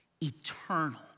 Eternal